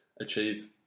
achieve